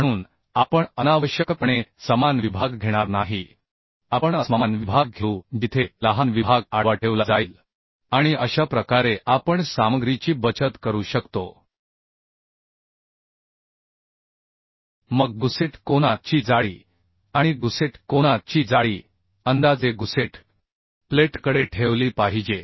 म्हणून आपण अनावश्यकपणे समान विभाग घेणार नाही आपण असमान विभाग घेऊ जिथे लहान विभाग आडवा ठेवला जाईल आणि अशा प्रकारे आपण सामग्रीची बचत करू शकतो मग गुसेट कोना ची जाडी आणि गुसेट कोना ची जाडी अंदाजे गुसेट प्लेटकडे ठेवली पाहिजे